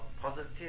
positive